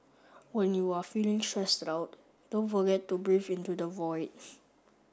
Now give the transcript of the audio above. when you are feeling stressed out don't forget to breathe into the void